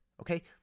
okay